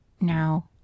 Now